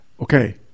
Okay